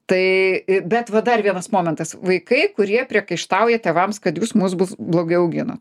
tai bet va dar vienas momentas vaikai kurie priekaištauja tėvams kad jūs mus blogai augino